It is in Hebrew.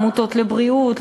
עמותות לבריאות,